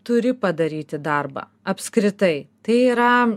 turi padaryti darbą apskritai tai yra